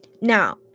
now